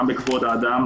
גם בכבוד האדם,